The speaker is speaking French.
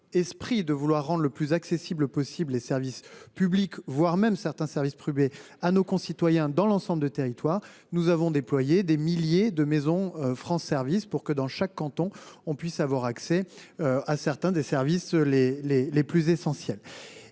esprit de vouloir en le plus accessible possible. Les services publics, voire même certains services privés à nos concitoyens dans l'ensemble du territoire. Nous avons déployé des milliers de maisons France service pour que dans chaque canton, on puisse avoir accès. À certains des services. Les les les plus essentielles